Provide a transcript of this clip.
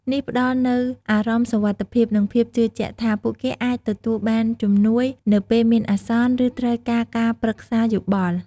នេះផ្តល់នូវអារម្មណ៍សុវត្ថិភាព និងភាពជឿជាក់ថា ពួកគេអាចទទួលបានជំនួយនៅពេលមានអាសន្ន ឬត្រូវការការប្រឹក្សាយោបល់។